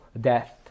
death